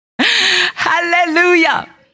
Hallelujah